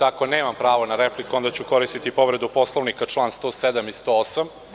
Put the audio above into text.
Ako nemam pravo na repliku, onda ću koristiti povredu Poslovnika, član 107. i 108.